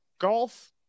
golf